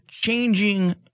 Changing